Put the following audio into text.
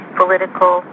political